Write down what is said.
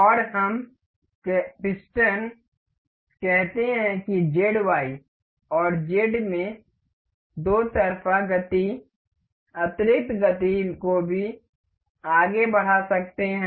और हम पिस्टन कहते हैं कि Z Y और Z में दो तरफा गति अतिरिक्त गति को भी आगे बढ़ा सकते हैं